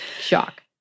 shock